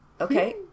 Okay